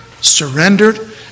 Surrendered